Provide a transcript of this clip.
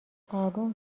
اروم